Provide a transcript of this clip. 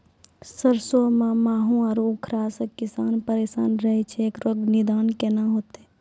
सरसों मे माहू आरु उखरा से किसान परेशान रहैय छैय, इकरो निदान केना होते?